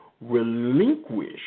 relinquish